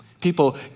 people